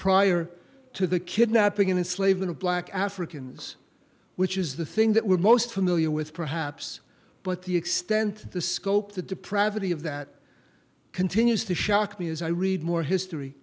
prior to the kidnapping and slave and black africans which is the thing that we're most familiar with perhaps but the extent the scope the depravity of that continues to shock me as i read more history